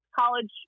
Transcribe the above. college